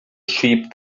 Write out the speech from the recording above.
sheep